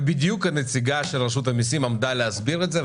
ובדיוק הנציגה של רשות המיסים עמדה להסביר את זה,